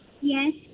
Yes